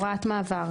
הוראת מעבר.